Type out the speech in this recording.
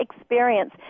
experience